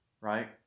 right